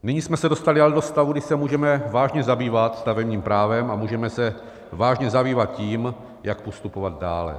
Nyní jsme se dostali ale do stavu, kdy se můžeme vážně zabývat stavebním právem a můžeme se vážně zabývat tím, jak postupovat dále.